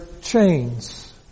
chains